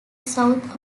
south